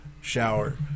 shower